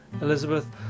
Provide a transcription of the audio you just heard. Elizabeth